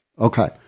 Okay